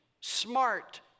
smart